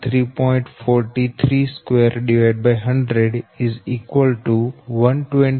66 તેથી Xline XlineZB line60126 0